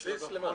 בסיס למה?